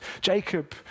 Jacob